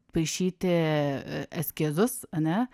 paišyti eskizus ane